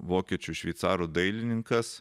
vokiečių šveicarų dailininkas